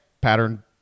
pattern